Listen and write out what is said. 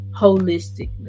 holistically